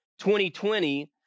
2020